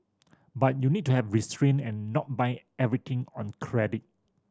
but you need to have restrain and not buy everything on credit